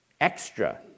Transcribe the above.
extra